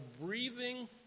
breathing